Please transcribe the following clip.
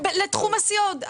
לתחום הסיעוד.